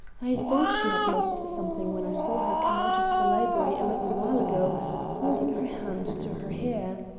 i thought she had lost something when i saw her come out of the library a little while ago holding her hand to her hair.